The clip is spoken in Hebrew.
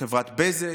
לחברת בזק,